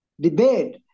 debate